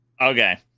Okay